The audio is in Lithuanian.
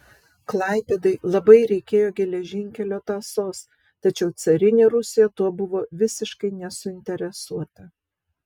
klaipėdai labai reikėjo geležinkelio tąsos tačiau carinė rusija tuo buvo visiškai nesuinteresuota